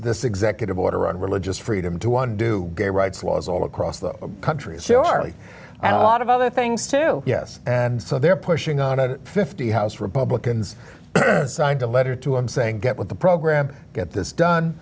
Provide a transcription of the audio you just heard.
this executive order on religious freedom to want to do gay rights laws all across the country is surely and a lot of other things too yes and so they're pushing on a fifty house republicans signed a letter to him saying get with the program get this done